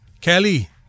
Kelly